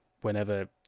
whenever